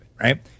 right